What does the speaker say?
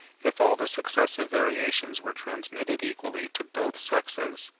if all the successive variations were transmitted equally to both sexes,